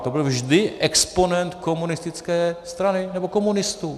To byl vždy exponent komunistické strany nebo komunistů.